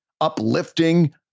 uplifting